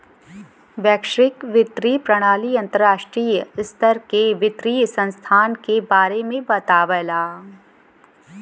वैश्विक वित्तीय प्रणाली अंतर्राष्ट्रीय स्तर के वित्तीय संस्थान के बारे में बतावला